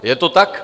Je to tak.